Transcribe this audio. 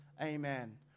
Amen